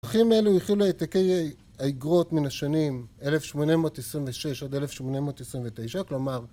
הפחים האלו הכילו העתקי אגרות מן השנים 1826 עד 1829, כלומר